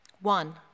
One